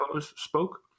spoke